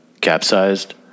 capsized